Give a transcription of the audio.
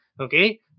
Okay